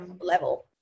level